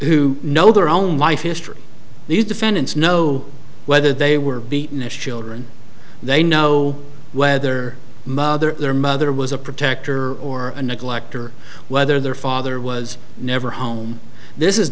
who know their own life history these defendants know whether they were beaten if children they know whether mother their mother was a protector or neglect or whether their father was never home this is